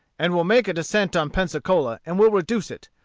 and will make a descent on pensacola, and will reduce it.